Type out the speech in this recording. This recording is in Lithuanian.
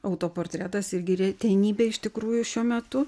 autoportretas irgi retenybė iš tikrųjų šiuo metu